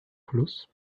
plus